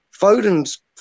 Foden's